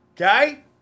Okay